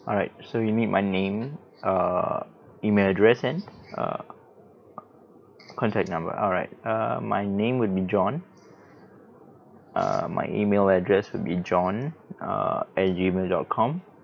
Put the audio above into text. alright so you need my name err email address and err contact number alright err my name would be john err my email address would be john err at Gmail dot com